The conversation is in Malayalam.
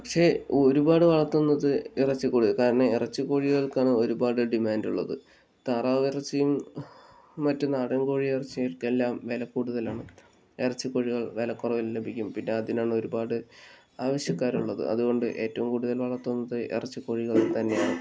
പക്ഷേ ഒരുപാട് വളർത്തുന്നത് ഇറച്ചിക്കോഴി കാരണം ഇറച്ചി കോഴികൾക്കാണ് ഒരുപാട് ഡിമാൻഡ് ഉള്ളത് താറാവ് ഇറച്ചിയും മറ്റു നാടൻ കോഴി ഇറച്ചികൾക്കെല്ലാം വില കൂടുതലാണ് ഇറച്ചിക്കോഴികൾ വിലക്കുറവിൽ ലഭിക്കും പിന്നെ അതിനാണ് ഒരുപാട് ആവശ്യക്കാർ ഉള്ളത് അതുകൊണ്ട് ഏറ്റവും കൂടുതൽ വളർത്തുന്നത് ഇറച്ചി കോഴികൾ തന്നെയാണ്